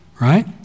Right